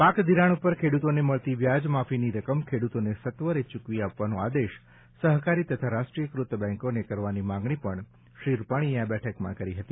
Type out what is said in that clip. પાક ધિરાણ ઉપર ખેડૂતોને મળતી વ્યાજ માફીની રકમ ખેડૂતોને સત્વરે ચૂકવી આપવાનો આદેશ સહકારી તથા રાષ્ટ્રીયકૃત બેન્કોને કરવાની માંગણી પણ શ્રી રૂપાણીએ આ બેઠકમાં કરી હતી